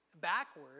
backward